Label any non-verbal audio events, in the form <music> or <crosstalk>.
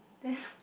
then <breath>